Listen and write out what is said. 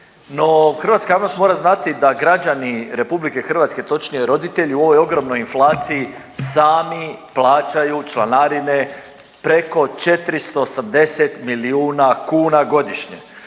no hrvatska javnost mora znati da građani RH točnije roditelji u ovoj ogromnoj inflaciji sami plaćaju članarine preko 480 milijuna kuna godišnje.